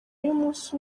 y’umunsi